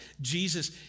Jesus